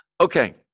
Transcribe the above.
Okay